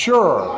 Sure